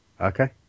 Okay